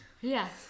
Yes